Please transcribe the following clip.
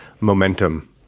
momentum